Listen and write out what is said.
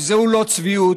אם זו לא צביעות,